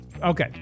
okay